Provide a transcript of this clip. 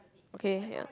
okay ya